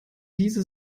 diese